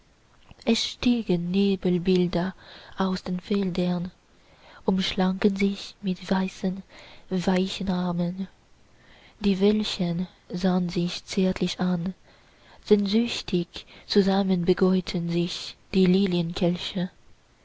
es stiegen nebelbilder aus den feldern umschlangen sich mit weißen weichen armen die veilchen sahn sich zärtlich an sehnsüchtig zusammenbeugten sich die